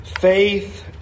faith